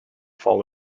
fall